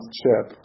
chip